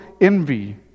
envy